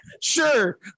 Sure